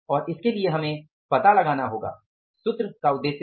और इसके लिए हमें पता लगाना होगा सूत्र का उद्देश्य है